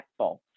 impactful